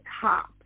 top